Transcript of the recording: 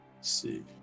see